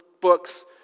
books